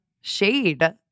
shade